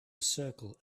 circle